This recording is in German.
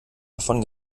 davon